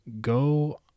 go